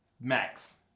max